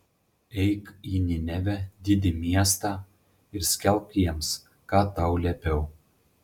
eik į ninevę didį miestą ir skelbk jiems ką tau liepiau